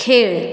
खेळ